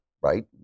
right